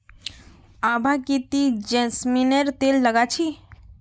आभा की ती जैस्मिनेर तेल लगा छि